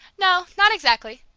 no, not exactly.